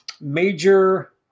major